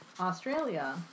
Australia